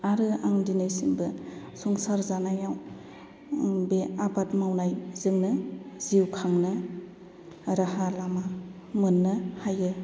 आरो आं दिनैसिमबो संसार जानायाव बे आबाद मावनायजोंनो जिउ खांनो राहा लामा मोन्नो हायो